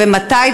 מתי?